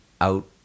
out